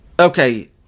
okay